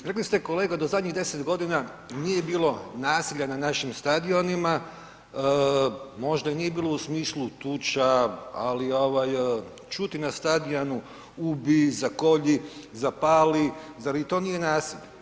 Rekli ste kolega da zadnjih 10 godina nije bilo nasilja na našim stadionima, možda nije bilo u smislu tuča, ali ovaj čuti na stadionu ubij, zakolji, zapali, zar i to nije nasilje.